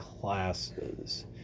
classes